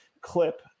clip